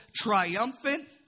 triumphant